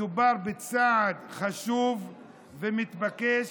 מדובר בצעד חשוב ומתבקש.